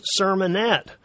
sermonette